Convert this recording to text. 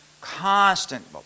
Constant